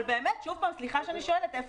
אבל איפה